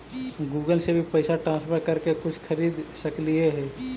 Google से भी पैसा ट्रांसफर कर के कुछ खरिद सकलिऐ हे?